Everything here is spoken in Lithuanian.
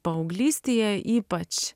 paauglystėje ypač